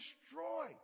destroy